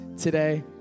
today